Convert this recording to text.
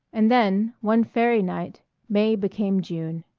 and then, one fairy night, may became june.